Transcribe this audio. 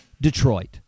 Detroit